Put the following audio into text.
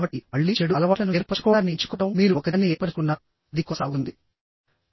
కాబట్టిమళ్ళీచెడు అలవాట్లను ఏర్పరచుకోవడాన్ని ఎంచుకోవడంమీరు ఒకదాన్ని ఏర్పరచుకున్నారుఅది కొనసాగుతుంది